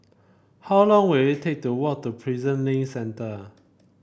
how long will it take to walk to Prison Link Centre